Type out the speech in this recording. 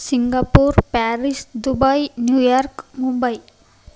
Singapore Paris Dubai New York Mumbai